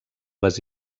les